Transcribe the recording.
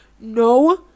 no